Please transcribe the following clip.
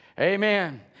Amen